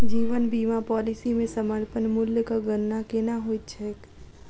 जीवन बीमा पॉलिसी मे समर्पण मूल्यक गणना केना होइत छैक?